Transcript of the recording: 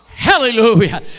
Hallelujah